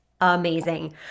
Amazing